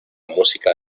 música